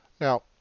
Now